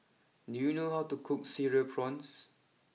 do you know how to cook Cereal Prawns